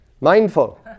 mindful